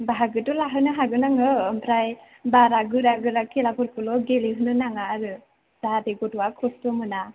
बाहागोथ' लाहोनो हागोन आङो ओमफ्राय बारा गोरा गोरा खेलाफोरखौल' गेलेहोनो नाङा आरो जाहाथे गथ'वा खस्थ' मोना